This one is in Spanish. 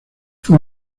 fue